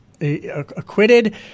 acquitted